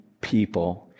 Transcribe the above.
people